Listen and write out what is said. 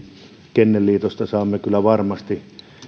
kennelliitosta saamme kyllä varmasti